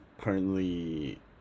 currently